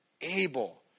able